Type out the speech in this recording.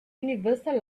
universal